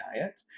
diet